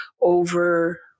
over